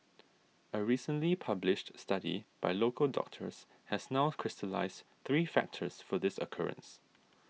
a recently published study by local doctors has now crystallised three factors for this occurrence